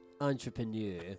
entrepreneur